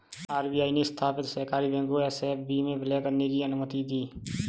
RBI ने स्थापित सहकारी बैंक को एस.एफ.बी में विलय करने की अनुमति दी